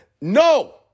No